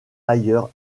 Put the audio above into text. ailleurs